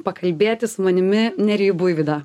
pakalbėti su manimi nerijų buivydą